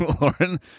Lauren